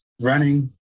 running